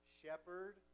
shepherd